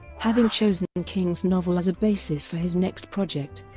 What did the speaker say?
having chosen and king's novel as a basis for his next project,